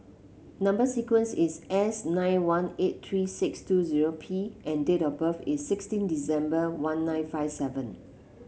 number sequence is S nine one eight three six two zero P and date of birth is sixteen December one nine five seven